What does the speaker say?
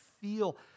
feel